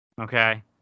okay